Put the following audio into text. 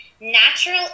natural